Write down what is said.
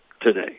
today